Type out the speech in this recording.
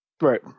Right